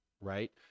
right